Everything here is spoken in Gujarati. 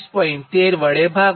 13 વડે ભાગો